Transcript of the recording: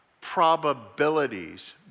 Probabilities